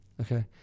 Okay